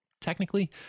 Technically